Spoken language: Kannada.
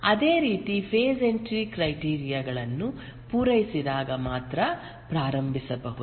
ಅದೇ ರೀತಿ ಫೆಸ್ ಎಂಟ್ರಿ ಕ್ರೈಟೀರಿಯ ಗಳನ್ನು ಪೂರೈಸಿದಾಗ ಮಾತ್ರ ಪ್ರಾರಂಭಿಸಬಹುದು